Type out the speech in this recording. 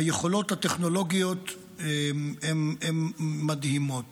היכולות הטכנולוגיות הן מדהימות.